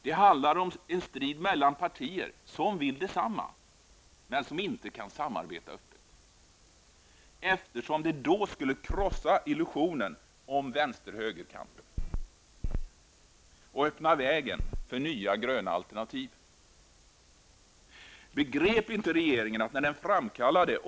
Det handlar om en strid mellan partier som vill detsamma, men som inte kan samarbeta öppet, eftersom det skulle krossa illusionen av vänster-- höger-kampen och öppna vägen för nya, gröna alternativ.